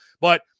But-